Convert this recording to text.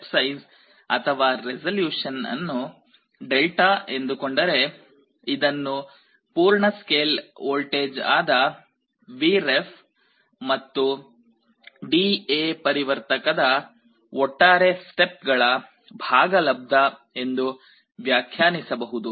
step size ಅಥವಾ resolution ಅನ್ನು Δ ಎಂದುಕೊಂಡರೆ ಇದನ್ನು ಪೂರ್ಣ ಸ್ಕೇಲ್ ವೋಲ್ಟೇಜ್ ಆದ ಮತ್ತು Vref ಡಿಎ ಪರಿವರ್ತಕದ ಒಟ್ಟಾರೆ ಸ್ಟೆಪ್ ಗಳ ಭಾಗಲಬ್ಧ ಎಂದು ವ್ಯಾಖ್ಯಾನಿಸಬಹುದು